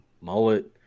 mullet